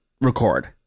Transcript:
record